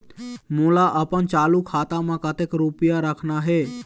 मोला अपन चालू खाता म कतक रूपया रखना हे?